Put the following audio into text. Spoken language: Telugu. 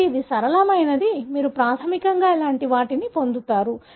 కాబట్టి ఇది సరళమైనది కాబట్టి మీరు ప్రాథమికంగా ఇలాంటి వాటిని పొందుతారు